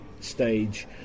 stage